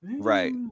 Right